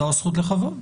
זו הזכות לכבוד.